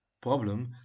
problem